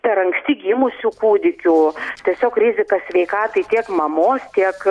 per anksti gimusių kūdikių tiesiog rizika sveikatai tiek mamos tiek